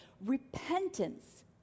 repentance